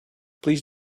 please